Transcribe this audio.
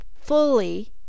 fully